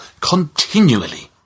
continually